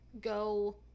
go